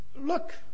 look